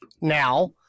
now